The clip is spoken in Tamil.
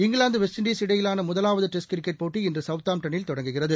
இங்கிலாந்து வெஸ்ட் இண்டஸ் இடையிலானமுதலாவதுடெஸ்ட் கிரிக்கெட் போட்டி இன்றுசவுத்தாம்டனில் தொடங்குகிறது